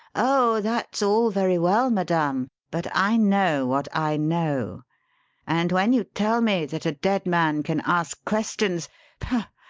oh, that's all very well, madame, but i know what i know and when you tell me that a dead man can ask questions pah!